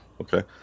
okay